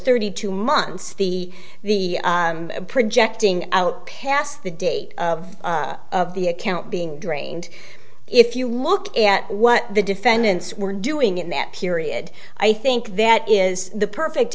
thirty two months the the projecting out past the date of the account being drained if you look at what the defendants were doing in that period i think that is the perfect